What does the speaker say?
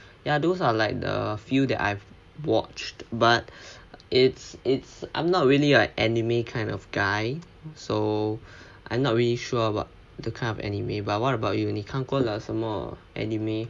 ya those are like the few that I've watched but it's it's I'm not really a anime kind of guy so I'm not really sure about the kind of anime but what about you 你看过了什么 anime